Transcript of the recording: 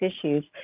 issues